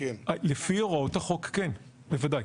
לפי הוראות החוק כן, בוודאי.